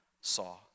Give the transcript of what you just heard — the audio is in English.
saw